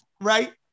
right